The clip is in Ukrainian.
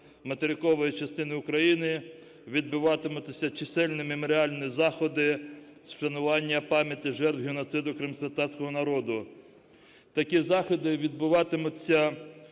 материкової частини України відбуватимуться чисельні меморіальні заходи з вшанування пам'яті жертв геноциду кримськотатарського народу. Такі заходи відбуватимуться